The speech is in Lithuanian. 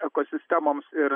ekosistemoms ir